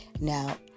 Now